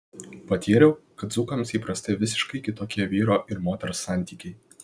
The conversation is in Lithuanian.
patyriau kad dzūkams įprasti visiškai kitokie vyro ir moters santykiai